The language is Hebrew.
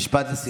משפט לסיכום.